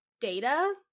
data